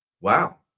wow